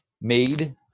made